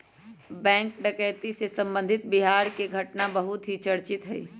bank डकैती से संबंधित बिहार के घटना बहुत ही चर्चित हई